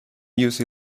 use